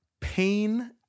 pain